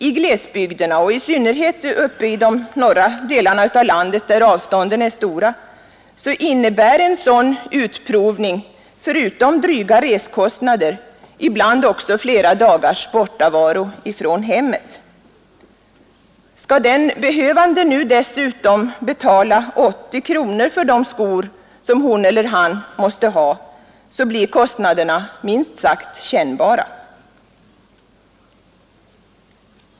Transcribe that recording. I glesbygderna och i synnerhet i de norra delarna av landet, där avstånden är stora, innebär en sådan utprovning, förutom dryga resekostnader, ibland också flera dagars bortovaro från hemmet. Skall den behövande nu därutöver behöva betala 80 kronor för de skor som hon eller han måste ha, blir kostnaderna minst sagt kännbara.